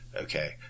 Okay